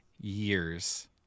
years